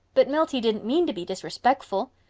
but milty didn't mean to be disrespeckful.